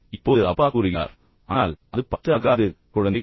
இப்போது அப்பா கூறுகிறார் ஆனால் அது 10 ஆகாது குழந்தை